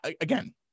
again